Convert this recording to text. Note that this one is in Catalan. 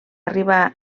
arribar